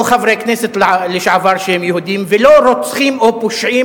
לא חברי כנסת לשעבר שהם יהודים ולא רוצחים או פושעים